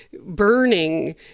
burning